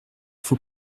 faut